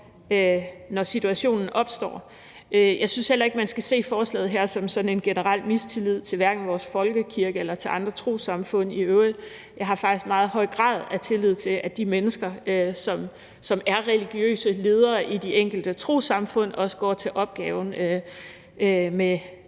når situationen opstår. Jeg synes heller ikke, at man skal se forslaget her som udtryk for sådan en generel mistillid til vores folkekirke eller til andre trossamfund i øvrigt. Jeg har faktisk en meget høj grad af tillid til, at de mennesker, som er religiøse ledere i de enkelte trossamfund, også går til opgaven med